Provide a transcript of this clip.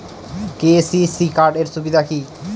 KCC card এর সুবিধা কি?